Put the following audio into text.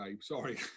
sorry